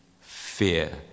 fear